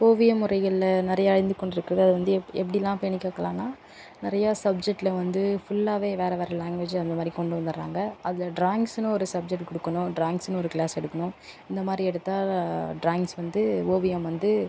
ஓவிய முறைகளில் நிறையா அழிந்து கொண்டிருக்குது அதை வந்து எப் எப்படில்லாம் பேணிக் காக்கலாம்னா நிறையா சப்ஜெக்டில் வந்து ஃபுல்லாகவே வேறு வேறு லேங்குவேஜ் அந்தமாதிரி கொண்டு வந்துட்றாங்கள் அதில் ட்ராயிங்ஸ்னு ஒரு சப்ஜெக்ட் கொடுக்கணும் ட்ராயிங்ஸ்னு ஒரு கிளாஸ் எடுக்கணும் இந்தமாதிரி எடுத்தால் ட்ராயிங்ஸ் வந்து ஓவியம் வந்து